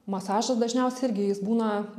masažas dažniausiai irgi jis būna